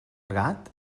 gat